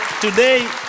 today